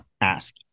Ask